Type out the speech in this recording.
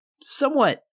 somewhat